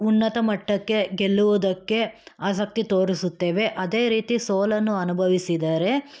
ಉನ್ನತ ಮಟ್ಟಕ್ಕೆ ಗೆಲ್ಲುವುದಕ್ಕೆ ಆಸಕ್ತಿ ತೋರಿಸುತ್ತೇವೆ ಅದೇ ರೀತಿ ಸೋಲನ್ನು ಅನುಭವಿಸಿದರೆ